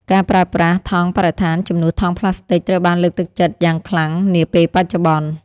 ការប្រើប្រាស់ថង់បរិស្ថានជំនួសថង់ផ្លាស្ទិកត្រូវបានលើកទឹកចិត្តយ៉ាងខ្លាំងនាពេលបច្ចុប្បន្ន។